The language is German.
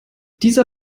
dieser